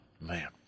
man